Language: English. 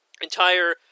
entire